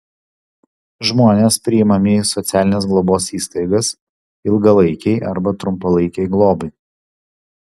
žmonės priimami į socialinės globos įstaigas ilgalaikei arba trumpalaikei globai